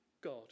God